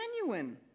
genuine